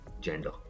gender